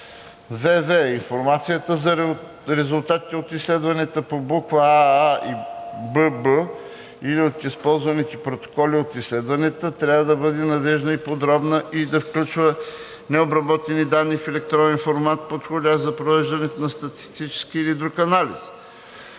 вв) информацията за резултатите от изследванията по букви „аа“ и „бб“ и от използваните протоколи от изследванията трябва да бъде надеждна и подробна и да включва необработените данни в електронен формат, подходящ за провеждането на статистически или друг анализ;